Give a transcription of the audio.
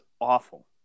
awful